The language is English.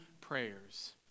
prayers